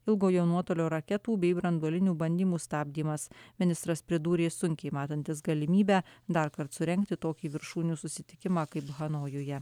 ilgojo nuotolio raketų bei branduolinių bandymų stabdymas ministras pridūrė sunkiai matantis galimybę darkart surengti tokį viršūnių susitikimą kaip hanojuje